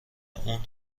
اون